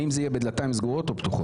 האם זה יהיה בדלתיים סגורות או פתוחות?